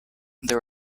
there